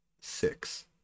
six